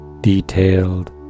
detailed